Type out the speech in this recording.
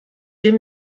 dem